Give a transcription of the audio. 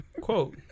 quote